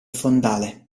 fondale